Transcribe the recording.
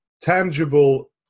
tangible